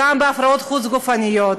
גם בהפריות חוץ-גופיות,